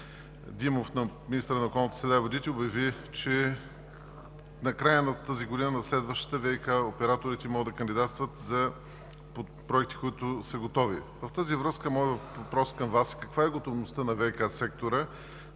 министърът на околната среда и водите обяви, че в края на тази година, на следващата, ВиК операторите могат да кандидатстват за проекти, които са готови. В тази връзка моят въпрос към Вас е: каква е готовността на ВиК сектора